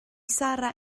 sarra